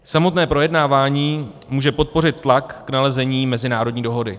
Samotné projednávání může podpořit tlak k nalezení mezinárodní dohody.